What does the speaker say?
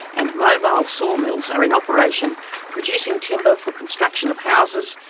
and mobile sawmills are in operation producing timber for construction of houses,